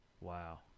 Wow